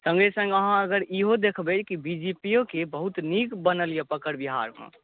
सङ्गे सङ्ग अहाँ इहो देखबै जे बी जे पी योके बहुत नीक पकड़ बनल यऽ बिहारमे